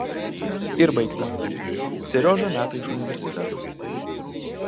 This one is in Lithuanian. ir baigta seriožą meta iš universiteto